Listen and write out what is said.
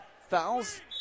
fouls